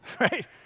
Right